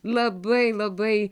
labai labai